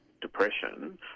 depression